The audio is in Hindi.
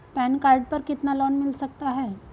पैन कार्ड पर कितना लोन मिल सकता है?